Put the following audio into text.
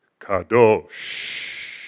kadosh